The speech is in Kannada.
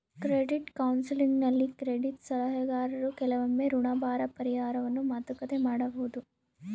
ಕ್ರೆಡಿಟ್ ಕೌನ್ಸೆಲಿಂಗ್ನಲ್ಲಿ ಕ್ರೆಡಿಟ್ ಸಲಹೆಗಾರರು ಕೆಲವೊಮ್ಮೆ ಋಣಭಾರ ಪರಿಹಾರವನ್ನು ಮಾತುಕತೆ ಮಾಡಬೊದು